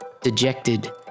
Dejected